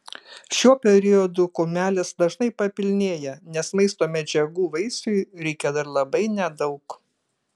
šiuo periodu kumelės dažnai papilnėja nes maisto medžiagų vaisiui reikia dar labai nedaug